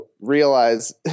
realize